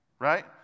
Right